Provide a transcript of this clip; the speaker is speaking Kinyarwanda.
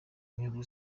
nyungu